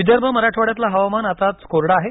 विदर्भ मराठवाड़यातलं हवामान आताच कोरडं आहे